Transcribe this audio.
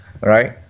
right